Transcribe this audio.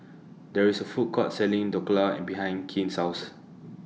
There IS A Food Court Selling Dhokla and behind Quint's House